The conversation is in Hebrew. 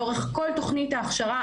לאורך כל תכנית ההכשרה,